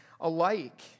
alike